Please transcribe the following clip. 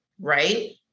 right